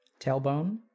tailbone